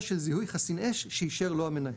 של זיהוי חסין אש שאישר לו המנהל.